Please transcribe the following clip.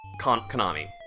Konami